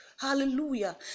hallelujah